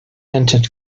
entered